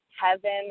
heaven